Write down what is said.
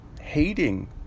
hating